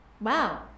Wow